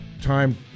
time